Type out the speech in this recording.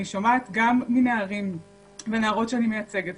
אני שומעת גם מנערים ונערות שאני מייצגת,